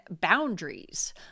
boundaries